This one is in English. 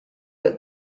that